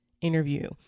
interview